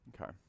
Okay